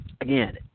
again